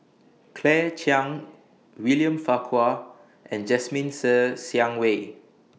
Claire Chiang William Farquhar and Jasmine Ser Xiang Wei